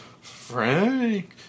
Frank